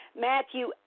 Matthew